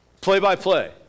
play-by-play